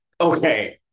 Okay